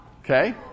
okay